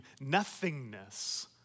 nothingness